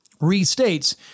restates